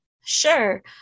Sure